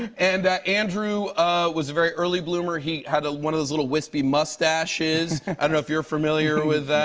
and andrew was a very early bloomer. he had one of those little, wispy mustaches. i don't know if you're familiar with